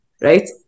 right